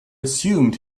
assumed